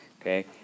okay